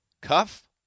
cuff